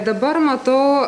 dabar matau